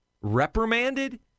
reprimanded